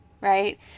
right